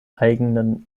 eigene